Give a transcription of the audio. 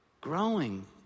Growing